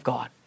God